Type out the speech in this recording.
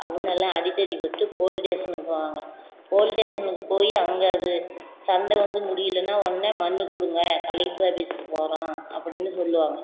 அப்படின்னு எல்லாம் அடிதடி பட்டு போலீ டேஷனுக்கு போவாங்க போலீ டேஷனுக்கு போய் அங்கே அது சண்டை வந்து முடியலைன்னால் உடனே மனு கொடுங்க கலெக்டர் ஆஃபீஸ்க்கு போகிறோம் அப்படின்னு சொல்லுவாங்க